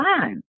fine